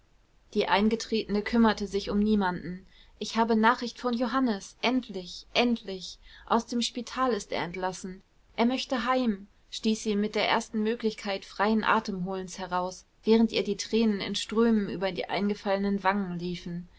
die eingetretene kümmerte sich um niemanden ich habe nachricht von johannes endlich endlich aus dem spital ist er entlassen er möchte heim stieß sie mit der ersten möglichkeit freien atemholens heraus während ihr die tränen in strömen über die eingefallenen wangen liefen